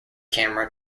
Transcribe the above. camera